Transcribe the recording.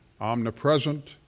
omnipresent